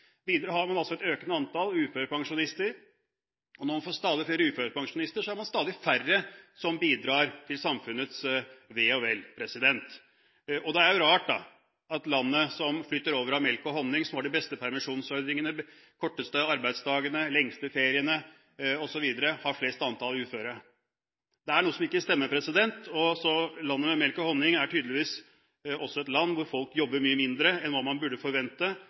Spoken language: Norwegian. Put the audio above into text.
stadig færre som bidrar til samfunnets ve og vel. Det er rart at landet som flyter over av melk og honning, som har de beste permisjonsordningene, de korteste arbeidsdagene, de lengste feriene, osv., har størst antall uføre. Det er noe som ikke stemmer. Landet med melk og honning er tydeligvis også et land hvor folk jobber mye mindre enn hva man burde forvente,